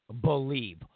believe